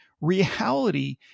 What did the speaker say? reality